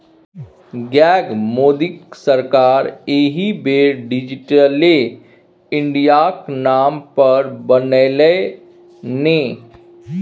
गै मोदीक सरकार एहि बेर डिजिटले इंडियाक नाम पर बनलै ने